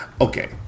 Okay